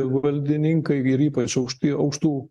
valdininkai ir ypač aukšti aukštų